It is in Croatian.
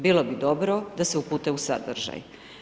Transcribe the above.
Bilo bi dobro da se upute u sadržaj.